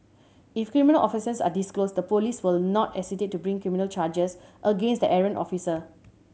if criminal offences are disclosed the police will not hesitate to bring criminal charges against the errant officer